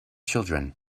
children